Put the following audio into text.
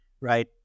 right